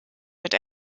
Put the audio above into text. mit